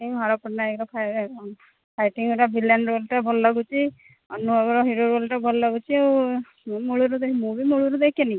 ହର ପଟ୍ଟନାୟକର ଫାଇଟିଙ୍ଗ ବାଲା ଭିଲିଆନ୍ ରୋଲ୍ଟା ଭଲ ଲାଗୁଛି ନୂଆ ହିରୋ ରୋଲ୍ଟା ଭଲ ଲାଗୁଛି ଆଉ ମୂଳରୁ ଦେଖି ମୁଁ ବି ମୂଳରୁ ଦେଖିନି